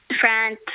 France